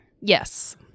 yes